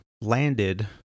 landed